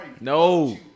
No